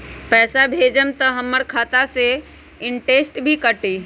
पैसा भेजम त हमर खाता से इनटेशट भी कटी?